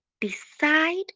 decide